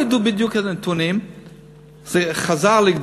היה לו חודש אחד ככה שלא ידעו בדיוק את הנתונים וזה חזר לגדול.